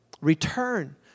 Return